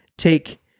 take